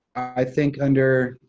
i think under,